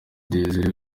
desire